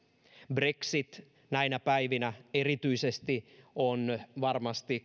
brexit näinä päivinä erityisesti on varmasti